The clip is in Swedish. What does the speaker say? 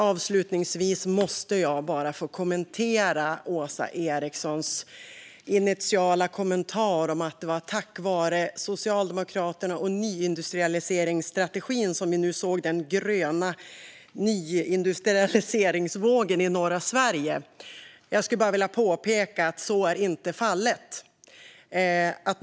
Avslutningsvis måste jag kommentera Åsa Erikssons uttalande att det är tack vare Socialdemokraterna och nyindustrialiseringsstrategin som vi nu ser den gröna nyindustrialiseringsvågen i norra Sverige. Låt mig påpeka att så inte är fallet.